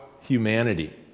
Humanity